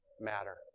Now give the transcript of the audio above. matter